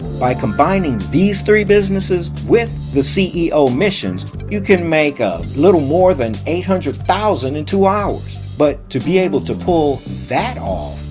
by combining these three businesses with the ceo missions, you can make a little more than eight hundred thousand dollars in two hours, but to be able to pull that off,